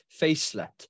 Facelet